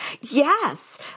yes